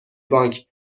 بانک